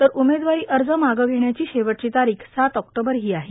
तर उमेदवारी अर्ज मागं घेण्याची शेवटची तारीख सात ऑक्टोबर ही आहे